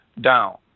down